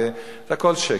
זה הכול שקר.